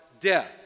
death